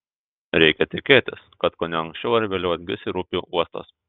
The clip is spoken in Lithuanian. reikia tikėtis kad kaune anksčiau ar vėliau atgis ir upių uostas